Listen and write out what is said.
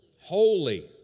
Holy